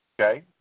Okay